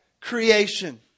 creation